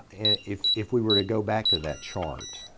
if if we were to go back to that chart,